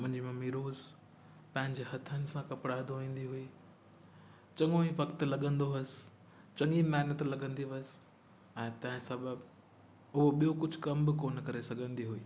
मुंहिंजी मम्मी रोज़ु पंहिंजनि हथनि सां कपिड़ा धोईंदी हुई चङो ई वक़्तु लॻंदो हुअसि चङी महिनत लॻंदी हुअसि ऐं तंहिं सबबु हू ॿियो कुझु कमु बि कोन करे सघंदी हुई